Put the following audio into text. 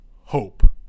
hope